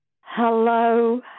Hello